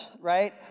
right